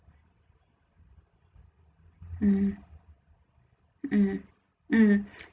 mm mm mm